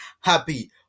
Happy